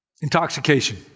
Intoxication